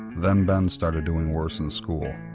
then ben started doing worse in school,